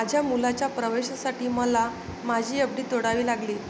माझ्या मुलाच्या प्रवेशासाठी मला माझी एफ.डी तोडावी लागली